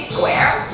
Square